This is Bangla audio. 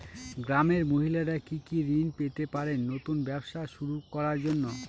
গ্রামের মহিলারা কি কি ঋণ পেতে পারেন নতুন ব্যবসা শুরু করার জন্য?